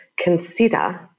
consider